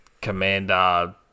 commander